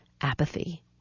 apathy